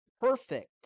perfect